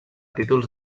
títols